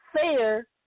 fair